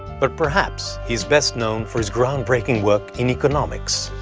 but perhaps he is best known for his groundbreaking work in economics.